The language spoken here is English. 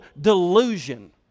delusion